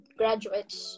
graduates